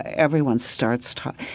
everyone starts talking.